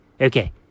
Okay